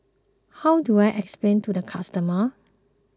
how do I explain to the customer